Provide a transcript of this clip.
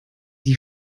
die